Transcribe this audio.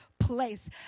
Place